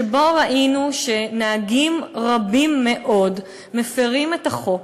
שבה ראינו שנהגים רבים מאוד מפרים את החוק,